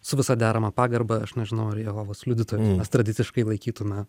su visa derama pagarba aš nežinau ar jehovos liudytojai mes tradiciškai laikytume